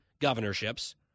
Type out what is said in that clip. governorships